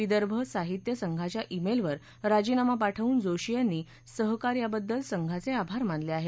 विदर्भ साहित्य संघाच्या ईमेलवर राजीनामा पाठवून जोशी यांनी सहकार्याबद्दल संघाचे आभार मानले आहेत